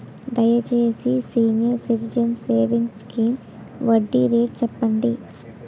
దయచేసి senior citizens savings scheme వడ్డీ rate చెప్పండి